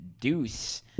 deuce